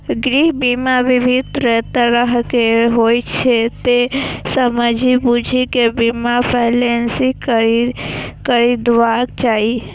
गृह बीमा विभिन्न तरहक होइ छै, तें समझि बूझि कें बीमा पॉलिसी खरीदबाक चाही